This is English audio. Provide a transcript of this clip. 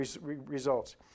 results